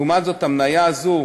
לעומת זאת, המניה הזאת,